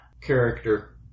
character